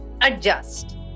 adjust